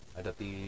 Adati